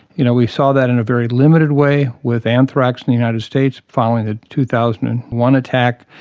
you know we saw that in a very limited way with anthrax in the united states following the two thousand and one attack.